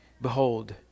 behold